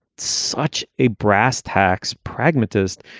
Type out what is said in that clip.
such a brass tacks pragmatist.